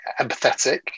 empathetic